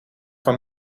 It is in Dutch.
van